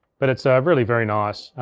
but it's really very nice.